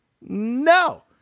No